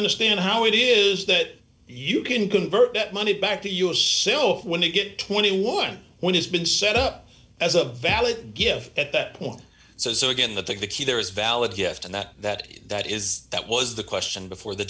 understand how it is that you can convert that money back to your sil when you get twenty one when has been set up as a valid gift at that point so again that that the key there is valid gift and that that that is that was the question before the